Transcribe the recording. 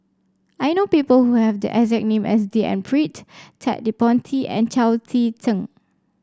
I know people who have the exact name as D N Pritt Ted De Ponti and Chao Tzee Cheng